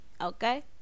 okay